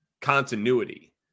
continuity